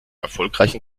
erfolgreichen